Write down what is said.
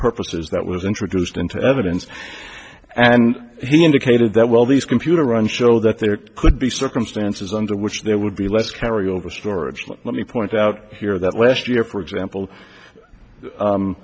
purposes that was introduced into evidence and he indicated that well these computer run show that there could be circumstances under which there would be less carryover storage let me point out here that last year for example